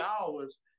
hours